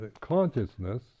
consciousness